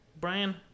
brian